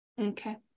Okay